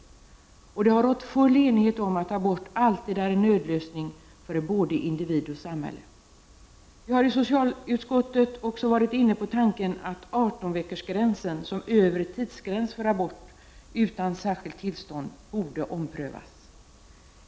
Och det har rått full enighet om att en abort alltid är en nödlösning för både individen och samhället. Vi har i socialutskottet också varit inne på tanken att beslutet om artonde havandeskapsveckan som en övre tidsgräns för abort utan särskilt tillstånd borde omprövas.